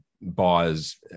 buyers